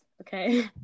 Okay